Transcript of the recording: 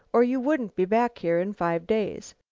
or you wouldn't be back here in five days.